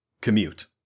Commute